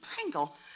Pringle